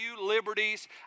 liberties